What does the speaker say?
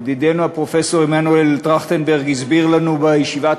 ידידנו הפרופסור מנואל טרכטנברג הסביר לנו בישיבת